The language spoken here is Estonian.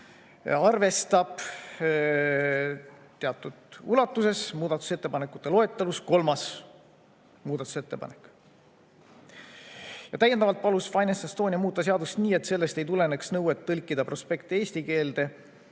arvestab teatud ulatuses muudatusettepanekute loetelus kolmas muudatusettepanek. Täiendavalt palus FinanceEstonia muuta seadust nii, et sellest ei tuleneks nõuet tõlkida prospekte eesti keelde,